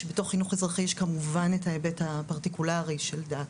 שבתוך חינוך אזרחי יש כמובן את ההיבט הפרטיקולרי של דת,